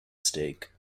steak